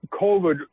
covid